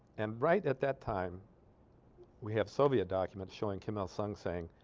and right at that time we have soviet documents showing kim il sung saying